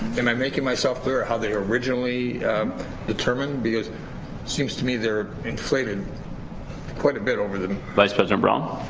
am i making myself clear, how the are originally determined, because it seems to me they're inflated quite a bit over the vice president brown.